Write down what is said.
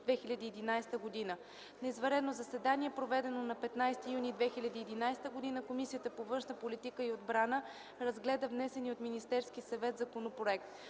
2011 г. На извънредно заседание, проведено на 15 юни 2011 година, Комисията по външна политика и отбрана разгледа внесения от Министерски съвет законопроект.